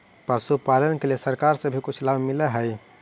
पशुपालन के लिए सरकार से भी कुछ लाभ मिलै हई?